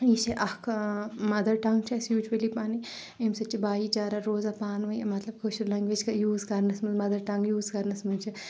یہِ چھِ اَکھ مَدر ٹنگ چھِ آسہِ یوٗجؤلی پَنٕنۍ امہِ سۭتۍ چھُ بھاٮٔی چارہ روزان پانہٕ ؤنۍ کٲشِر لیٚنگویج یوٗز کَرنس منز مَدر ٹنگ یوٗز کَرنس منز چھِ